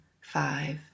five